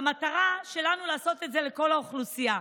והמטרה שלנו לעשות את זה לכל האוכלוסייה.